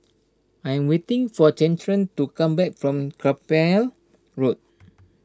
I am waiting for Gretchen to come back from Carpmael Road